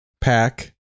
Pack